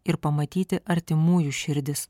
ir pamatyti artimųjų širdis